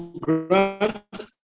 grant